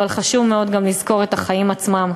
אבל חשוב מאוד גם לזכור את החיים עצמם,